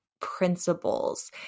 principles